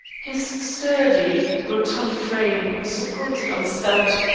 his sturdy, rotund frame was supported on stout,